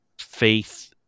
faith